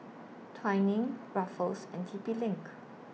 Twinings Ruffles and T P LINK